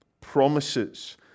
Promises